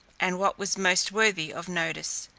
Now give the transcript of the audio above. and what was most worthy of notice.